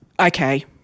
okay